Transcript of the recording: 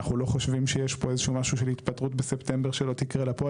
אנחנו לא חושבים שיש פה איזה התפטרות בספטמבר שלא תקרה בפועל.